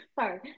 Sorry